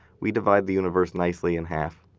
we divide the universe nicely in half.